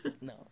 no